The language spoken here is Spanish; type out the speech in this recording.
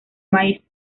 maíz